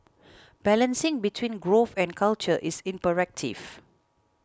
balancing between growth and culture is imperative